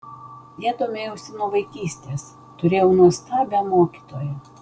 ja domėjausi nuo vaikystės turėjau nuostabią mokytoją